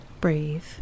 breathe